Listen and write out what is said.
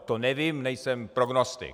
To nevím, nejsem prognostik.